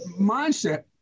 mindset